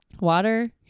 water